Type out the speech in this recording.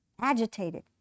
agitated